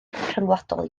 rhyngwladol